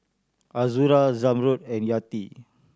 Azura Zamrud and Yati